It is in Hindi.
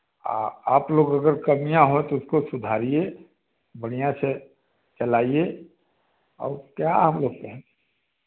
आप लोग अगर कमियाँ हों तो उसको सुधारिए बढ़िया से चलाइए और क्या हम लोग कहें